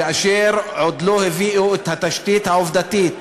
כאשר עוד לא הביאו את התשתית העובדתית.